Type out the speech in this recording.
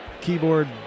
keyboard